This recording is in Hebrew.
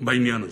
בעניין הזה.